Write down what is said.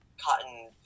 cotton